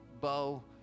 bow